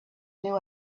knew